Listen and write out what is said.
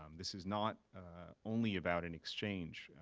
um this is not only about an exchange.